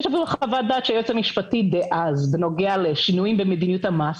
יש אפילו חוות דעת של היועץ המשפטי דאז בנוגע לשינויים במדיניות המס,